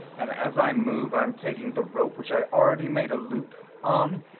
and as i move i'm taking the rope which i already made a loop on,